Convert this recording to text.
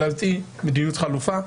ולהביא מדיניות חלופית,